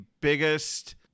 biggest